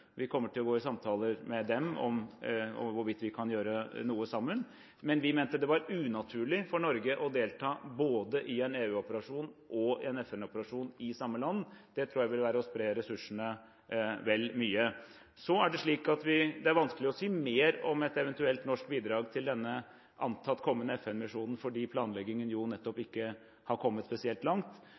Vi kommer til å gå i samtaler med dem om og hvorvidt vi kan gjøre noe sammen. Men vi mente det var unaturlig for Norge å delta både i en EU-operasjon og en FN-operasjon i samme land. Det tror jeg ville være å spre ressursene vel mye. Så er det slik at det er vanskelig å si mer om et eventuelt norsk bidrag til denne antatt kommende FN-misjonen nettopp fordi planleggingen ikke har kommet spesielt langt,